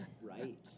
Right